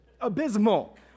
abysmal